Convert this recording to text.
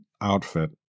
outfit